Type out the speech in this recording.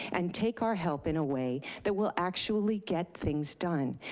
and take our help in a way that will actually get things done.